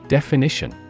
Definition